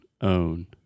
own